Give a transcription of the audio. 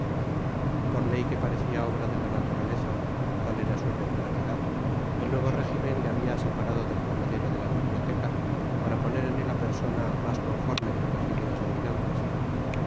por ley que parecía obra de la naturaleza tal era su regularidad el nuevo régimen le había separado del comedero de la biblioteca para poner en él a persona más conforme con las ideas dominantes